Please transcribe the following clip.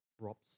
drops